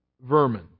vermin